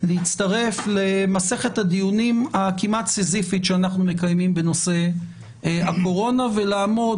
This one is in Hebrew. להצטרף למסכת הדיונים הכמעט סיזיפית שאנחנו מקיימים בנושא הקורונה ולעמוד